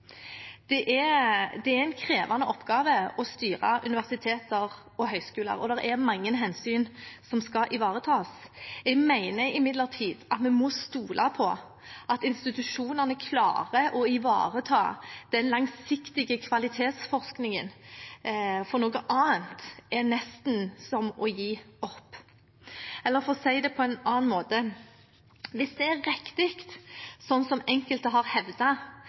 høyere utdanning. Det er en krevende oppgave å styre universiteter og høyskoler, og det er mange hensyn som skal ivaretas. Jeg mener imidlertid at vi må stole på at institusjonene klarer å ivareta den langsiktige kvalitetsforskningen, for noe annet er nesten som å gi opp. Eller for å si det på annen måte: Hvis det er riktig, slik som enkelte har